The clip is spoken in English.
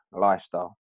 lifestyle